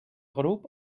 grup